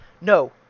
No